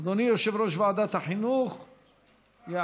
נתקבלה.